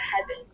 heaven